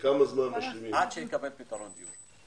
עד שיקבל פתרון דיור.